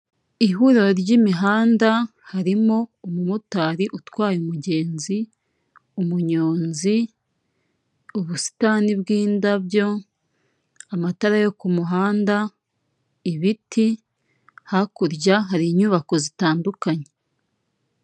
Abantu bishyize hamwe ntacyabananira, bavuga ko nta muntu wigira umutwe umwe wigira inama yo gusara ariko iyo abantu bateraniye hamwe bagera kuri byinshi kubera ko icyo umuntu atazi abaza mugenzi we hanyuma akamusobanurira.